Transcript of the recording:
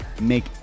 make